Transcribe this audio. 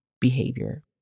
behavior